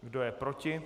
Kdo je proti?